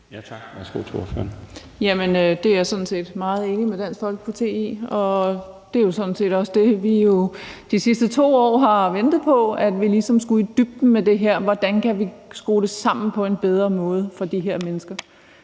Klintskov Jerkel (KF): Jamen det er jeg sådan set meget enig med Dansk Folkeparti i. Og vi har jo sådan set også de sidste 2 år ventet på, at vi ligesom skulle gå i dybden med det her og se på, hvordan vi kunne skrue det sammen på en bedre måde for de her mennesker.